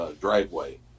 driveway